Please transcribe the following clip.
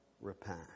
repent